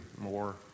more